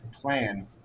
plan